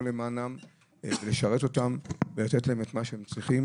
למענם ולשרת אותם ולתת להם את מה שהם צריכים,